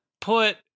put